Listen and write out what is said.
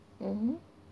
mmhmm